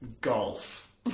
Golf